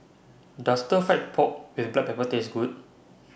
Does Stir Fry Pork with Black Pepper Taste Good